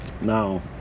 Now